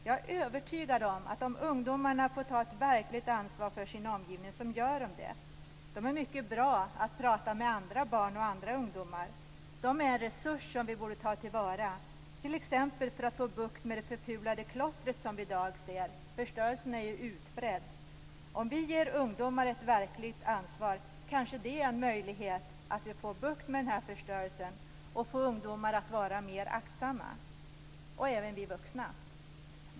Jag är övertygad om att om ungdomarna får ta ett verkligt ansvar för sin omgivning så kommer de att göra det. De är mycket bra på att prata med andra barn och andra ungdomar. De är en resurs som vi borde ta till vara t.ex. för att få bukt med det förfulande klotter som vi i dag ser. Förstörelsen är utbredd. Om vi ger ungdomar ett verkligt ansvar kanske det är en möjligt att få bukt med förstörelsen och få ungdomar och även oss vuxna att vara mer aktsamma.